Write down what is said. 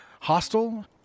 hostile